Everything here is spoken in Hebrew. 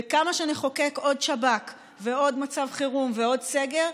וכמה שנחוקק עוד שב"כ ועוד מצב חירום ועוד סגר,